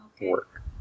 Work